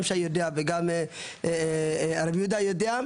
גם שי יודע וגם הרב יהודה יודע,